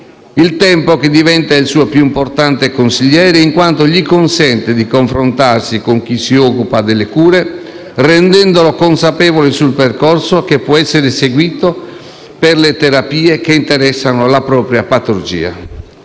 il tempo, che diventa il suo più importante consigliere in quanto gli consente di confrontarsi con chi si occupa delle cure rendendolo consapevole del percorso che può essere seguito per le terapie che interessano la propria patologia.